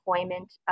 employment